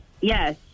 Yes